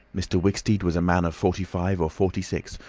mr. wicksteed was a man of forty-five or forty-six,